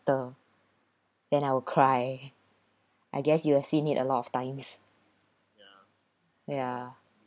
then I will cry I guess you have seen it a lot of times ya